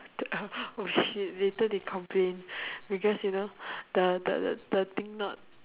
the uh oh shit later they complain because you know the the the the thing not